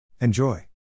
Enjoy